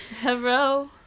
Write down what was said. hello